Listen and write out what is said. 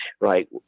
Right